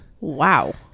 Wow